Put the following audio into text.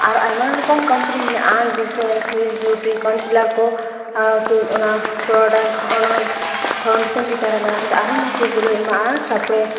ᱟᱨ ᱟᱭᱢᱟ ᱨᱚᱠᱚᱢ ᱠᱳᱢᱯᱟᱱᱤ ᱢᱮᱱᱟᱜᱼᱟ ᱡᱮᱥᱮ ᱥᱩᱭᱤᱥ ᱵᱤᱭᱩᱴᱤ ᱠᱚᱱᱥᱤᱞᱟᱨ ᱠᱚ ᱚᱱᱟ ᱯᱨᱚᱰᱟᱠᱴ ᱚᱱᱟ ᱯᱷᱟᱣᱩᱱᱰᱮᱥᱮᱱ ᱪᱮᱛᱟᱱ ᱨᱮ ᱞᱟᱜᱟᱣ ᱠᱟᱛᱮᱜ ᱟᱨ ᱦᱚᱸ ᱢᱚᱡᱽ ᱜᱮ ᱜᱞᱳᱭ ᱮᱢᱟᱜᱼᱟ ᱛᱟᱯᱚᱨᱮ